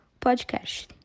podcast